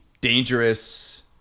dangerous